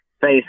face